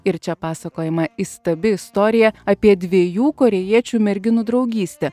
ir čia pasakojama įstabi istorija apie dviejų korėjiečių merginų draugystę